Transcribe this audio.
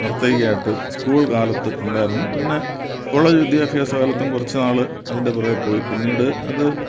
നർത്തകിയായിട്ട് school കാലത്ത് ഉണ്ടായിരുന്നു പിന്നെ കോളേജ് വിദ്യാഭ്യാസ കാലത്തും കുറച്ചു നാൾ അതിൻ്റെ പുറകെ പോയി പിന്നീട് അത്